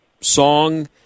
song